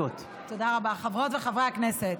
חברות וחברי הכנסת,